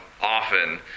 often